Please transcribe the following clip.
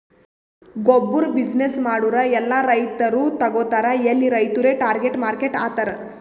ಗೊಬ್ಬುರ್ ಬಿಸಿನ್ನೆಸ್ ಮಾಡೂರ್ ಎಲ್ಲಾ ರೈತರು ತಗೋತಾರ್ ಎಲ್ಲಿ ರೈತುರೇ ಟಾರ್ಗೆಟ್ ಮಾರ್ಕೆಟ್ ಆತರ್